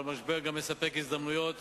אבל משבר מספק גם הזדמנויות